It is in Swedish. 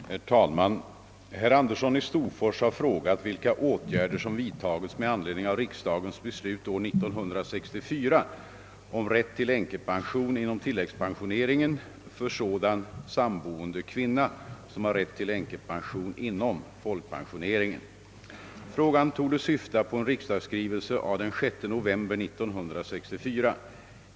Herr talman! Herr Andersson i Storfors har frågat vilka åtgärder som vidtagits "med anledning av riksdagens beslut år 1964 om rätt till änkepension inom tilläggspensioneringen för sådan samboende kvinna som har rätt till änkepension inom folkpensioneringen. Frågan torde syfta på en riksdagsskrivelse av den 6 november 1964.